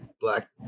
Black